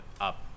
up